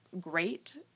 great